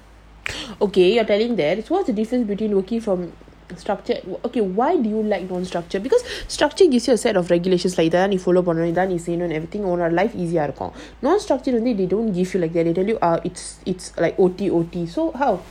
okay you're telling then what's the difference between working from structured okay why do you like non structure because structure gives you a set of regulations இதைதான்நீ:idhathan nee follow பண்ணனும்இதைத்தான்நீசெய்யணும்:pannanum idhathan nee seyyanum non structured they don't give you like that they tell you err it's it's like O_T_O_T so how